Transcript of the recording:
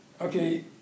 okay